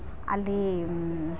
ಅಲ್ಲಿ